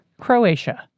Croatia